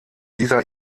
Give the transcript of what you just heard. dieser